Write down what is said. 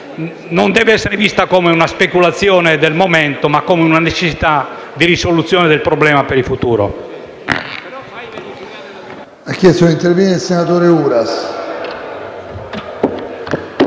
non deve essere vista come una speculazione del momento, bensì come una necessità di risoluzione del problema per il futuro.